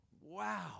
Wow